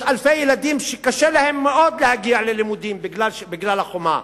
יש אלפי ילדים שקשה להם מאוד להגיע ללימודים בגלל החומה.